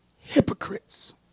Hypocrites